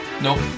Nope